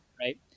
Right